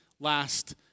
last